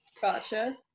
Gotcha